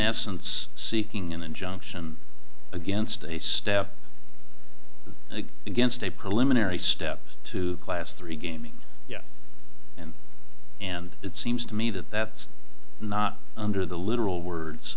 essence seeking an injunction against a step against a preliminary steps to class three gaming yeah and and it seems to me that that's not under the literal words